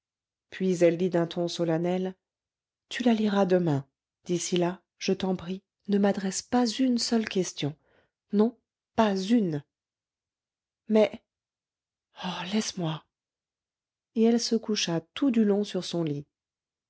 puis elle dit d'un ton solennel tu la liras demain d'ici là je t'en prie ne m'adresse pas une seule question non pas une mais oh laisse-moi et elle se coucha tout du long sur son lit